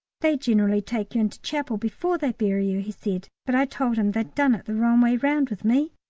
they generally take you into chapel before they bury you, he said, but i told em they done it the wrong way round with me.